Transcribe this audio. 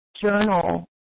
journal